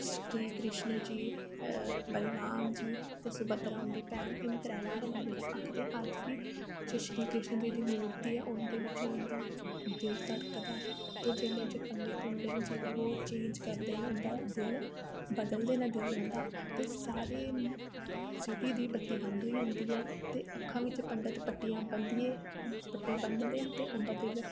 शिव जी कृष्ण जी बलराम जी ते सुभद्रा उंदी भैन एह् सब आखदे न कि अज्ज बी आखदे न जो श्री कृष्ण जी दी मूर्ती ऐ उस च उंदा दिल धड़कदा ऐ ते जिसलै पंडित ओह् चेंज करदे न ते दिल उंदा बदलदे न दिल उंदा ते सारे सीटी दी बत्ती बंद होई जंदी ऐ ते अक्खां बिच्च पंडित बत्तियां बंदियै पट्टा बनदे न ते उंदा दिल